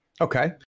Okay